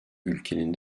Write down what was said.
ülkenin